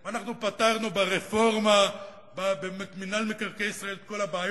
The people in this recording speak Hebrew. ואנחנו פתרנו ברפורמה במינהל מקרקעי ישראל את כל הבעיות,